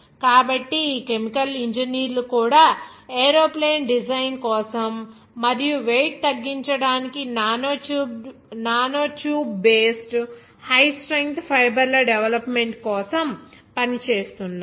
కాబట్టి ఈ కెమికల్ ఇంజనీర్లు కూడా ఏరోప్లేన్ డిజైన్ కోసం మరియు వెయిట్ తగ్గించడానికి nano tube based high strength ఫైబర్ల డెవలప్మెంట్ కోసం పని చేస్తున్నారు